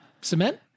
cement